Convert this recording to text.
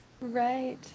Right